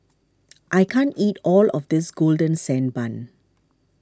I can't eat all of this Golden Sand Bun